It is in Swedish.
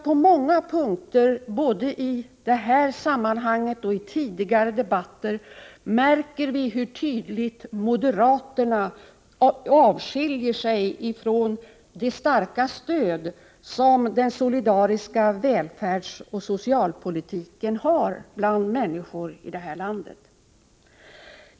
På många punkter — både i det här sammanhanget och i tidigare debatter — märker vi hur tydligt moderaterna skiljer sig ifrån det starka stöd som den solidariska välfärdsoch socialpolitiken har bland människorna i det här landet.